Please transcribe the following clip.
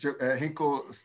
Hinkle